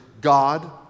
God